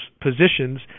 positions